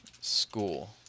School